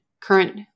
current